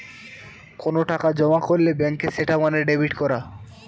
কোনো টাকা জমা করলে ব্যাঙ্কে সেটা মানে ডেবিট করা